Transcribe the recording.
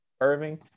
Irving